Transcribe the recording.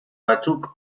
batzuk